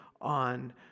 on